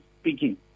speaking